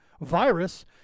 virus